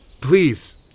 Please